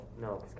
no